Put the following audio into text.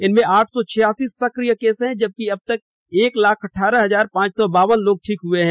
इनमें आठ सौ छियासी सक्रिय केस हैं जबकि अब तक एक लाख अठारह हजार पांच सौ बावन लोग ठीक हुए हैं